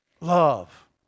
Love